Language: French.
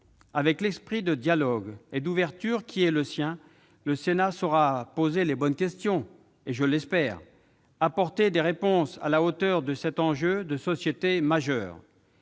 Avec l'esprit de dialogue et d'ouverture qui est le sien, le Sénat saura poser les bonnes questions et, je l'espère, apporter des réponses à la hauteur de cet enjeu majeur